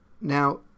Now